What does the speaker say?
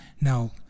now